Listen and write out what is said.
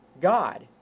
God